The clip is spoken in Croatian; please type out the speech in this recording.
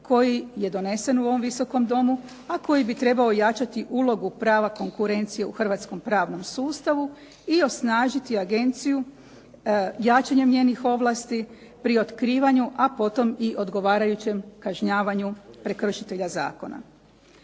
koji je donesene u ovom Visokom domu, a koji bi trebao jačati ulogu prava konkurencije u Hrvatskom pravnom sustavu i osnažiti agenciju jačanjem njenih ovlasti pri otkrivanju, a potom i odgovarajućem kažnjavanju prekršitelja zakona.